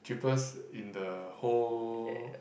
cheapest in the whole